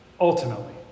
Ultimately